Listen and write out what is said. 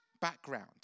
background